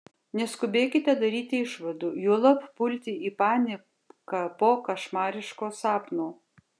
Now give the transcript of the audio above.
neskubėkite daryti išvadų juolab pulti į paniką po košmariško sapno